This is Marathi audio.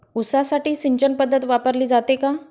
ऊसासाठी सिंचन पद्धत वापरली जाते का?